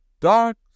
dark